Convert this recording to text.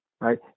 right